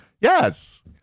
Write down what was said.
Yes